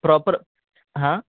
proper हां